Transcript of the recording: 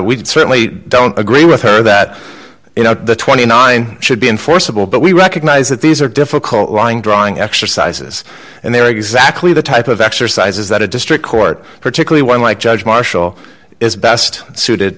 we certainly don't agree with her that you know the twenty nine should be enforceable but we recognize that these are difficult line drawing exercises and they are exactly the type of exercises that a district court particularly one like judge marshall is best suited